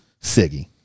Siggy